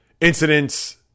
Incidents